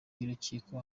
y’urukiko